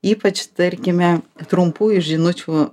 ypač tarkime trumpųjų žinučių